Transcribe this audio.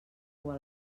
cua